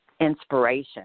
inspiration